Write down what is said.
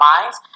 minds